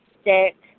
stick